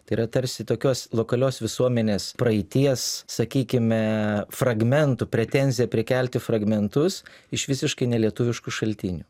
tai yra tarsi tokios lokalios visuomenės praeities sakykime fragmentų pretenzija prikelti fragmentus iš visiškai nelietuviškų šaltinių